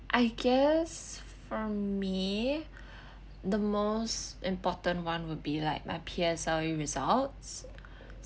I guess for me the most important one would be like my P_S_L_E results